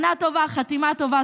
שנה טובה, חתימה טובה.